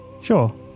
Sure